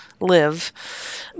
live